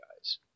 guys